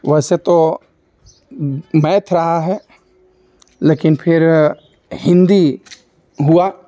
वैसे तो मैथ रहा है लेकिन फिर हिंदी हुआ